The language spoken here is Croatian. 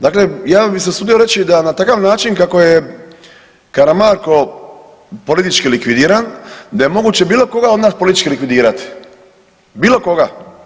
Dakle, ja bih se usudio reći da na takav način kako je Karamarko politički likvidiran, da je moguće bilo koga od nas politički likvidirati, bilo koga.